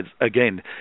again